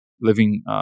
living